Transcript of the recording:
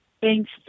Thanks